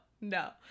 no